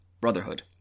brotherhood